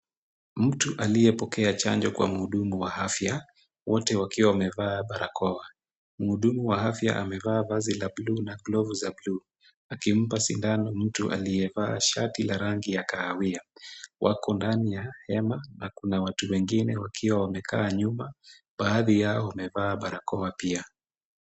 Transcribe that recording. Mtu aliyepokea chanjo kwa mhudumu wa afya, wote wakiwa wamevaa barakoa. Mhudumu wa afya amevaa vazi la blue na glovu za blue akimpa sindano mtu aliyevaa shati la rangi ya kahawia, wapo ndani ya hema na kuna watu wengine wakiwa wamekaa nyuma, baadhi yao wamevaa barakoa pia.